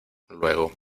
luego